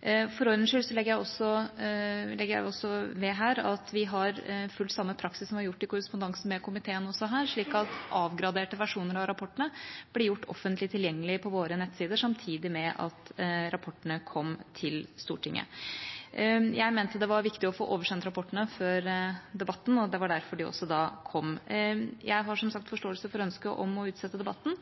For ordens skyld legger jeg også til at vi har fulgt samme praksis som i korrespondansen med komiteen også her, slik at avgraderte versjoner av rapportene ble gjort offentlig tilgjengelige på våre nettsider samtidig med at rapportene kom til Stortinget. Jeg mente det var viktig å få oversendt rapportene før debatten, og det var derfor de også da kom. Jeg har som sagt forståelse for ønsket om å utsette debatten,